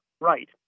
right